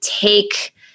take